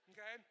Okay